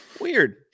Weird